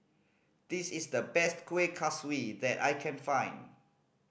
this is the best Kueh Kaswi that I can find